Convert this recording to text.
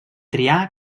triar